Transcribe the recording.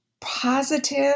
positive